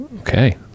Okay